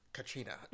Katrina